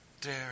dare